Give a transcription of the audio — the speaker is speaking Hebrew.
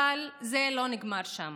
אבל זה לא נגמר שם: